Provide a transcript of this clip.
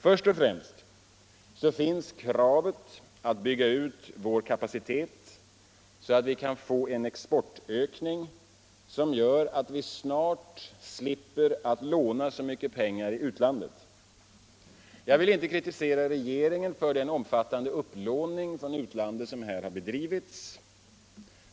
Först och främst finns kravet att bygga ut vår kapacitet så att vi kan få en exportökning som gör att vi snart slipper låna så mycket pengar i utlandet. Jag vill inte kritisera regeringen för den omfattande upplåning från utlandet som här har bedrivits.